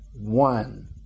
One